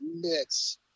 mix